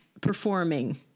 performing